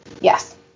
Yes